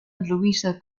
louisa